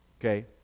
okay